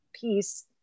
piece